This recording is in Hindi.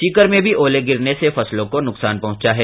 सीकर में भी ओले गिरने से फसलों को नुकसान पहचा है